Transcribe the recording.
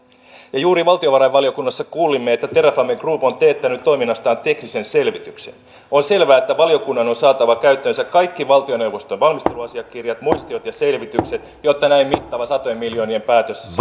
juuri valtiovarainvaliokunnassa kuulimme että terrafame group on teettänyt toiminnastaan teknisen selvityksen on selvää että valiokunnan on saatava käyttöönsä kaikki valtioneuvoston valmisteluasiakirjat muistiot ja selvitykset jotta näin mittava satojen miljoonien päätös